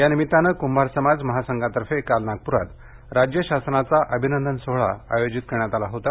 या निमित्ताने कुंभार समाज महासंघातर्फे काल नागप्रात राज्य शासनाचा अभिनंदन सोहळा आयोजित करण्यात आला होता